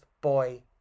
boy